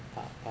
uh uh